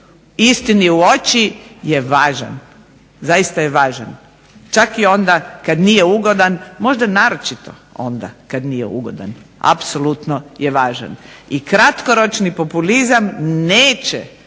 istini u oči je važan, zaista je važan čak i onda kad nije ugodan možda naročito onda kad nije ugodan apsolutno je važan. I kratkoročni populizam neće